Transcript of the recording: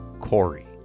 Corey